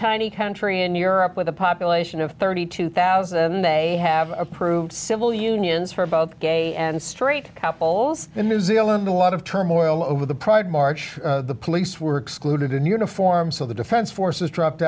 tiny country and europe with a population of thirty two thousand they have approved civil unions for both gay and straight couples in new zealand a lot of turmoil over the pride march the police were excluded in uniform so the defense forces dropped